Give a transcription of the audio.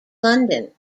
london